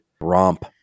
romp